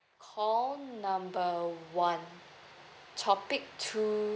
call number one topic two